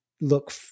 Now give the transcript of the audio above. look